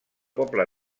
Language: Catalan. poble